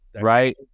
Right